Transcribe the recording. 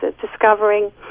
discovering